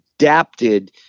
adapted